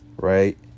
Right